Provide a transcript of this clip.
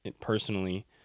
personally